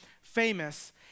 famous